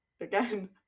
again